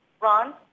Ron